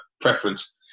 preference